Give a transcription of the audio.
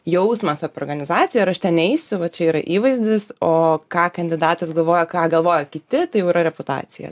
jausmas apie organizaciją ar aš ten eisiu va čia yra įvaizdis o ką kandidatas galvoja ką galvoja kiti tai jau yra reputacija